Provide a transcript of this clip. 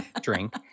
drink